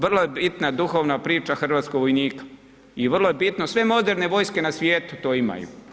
Vrlo je bitna dugovna priča hrvatskog vojnika i vrlo je bitno, sve moderne vojske na svijetu to imaju.